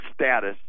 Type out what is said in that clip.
status